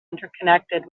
interconnected